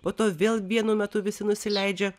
po to vėl vienu metu visi nusileidžia